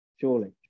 surely